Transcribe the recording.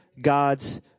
God's